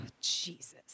Jesus